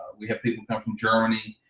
we have people come from germany,